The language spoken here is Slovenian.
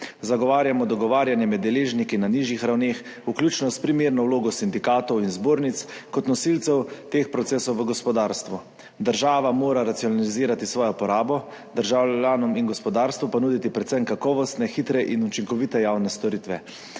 Zagovarjamo dogovarjanje med deležniki na nižjih ravneh, vključno s primerno vlogo sindikatov in zbornic kot nosilcev teh procesov v gospodarstvu. Država mora racionalizirati svojo porabo, državljanom in gospodarstvu pa nuditi predvsem kakovostne, hitre in učinkovite javne storitve.